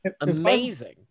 amazing